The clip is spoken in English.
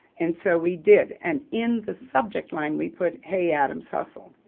and so, we did. and in the subject line we put, hay-adams hustle.